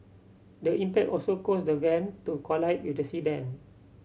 the impact also caused the van to collide with the sedan